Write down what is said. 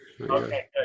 Okay